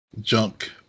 junk